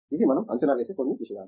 ఇవి మనం అంచనా వేసే కొన్ని విషయాలు